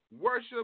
worship